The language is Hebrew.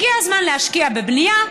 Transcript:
הגיע הזמן להשקיע בבנייה,